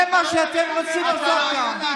אתה רב רפורמי.